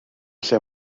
lle